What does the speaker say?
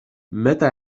متى